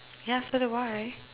yes to the right